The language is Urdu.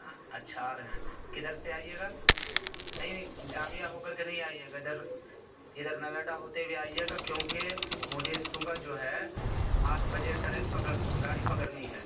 اچھا آ رہے ہیں کدھر سے آئیے گا نہیں نہیں جامعہ ہو کر کے نہیں آئیے گا ادھر ادھر نویڈا ہوتے ہوئے آئیے گا کیوں کہ مجھے صبح جو ہے آٹھ بجے ٹرین پکڑ گاڑی پکڑنی ہے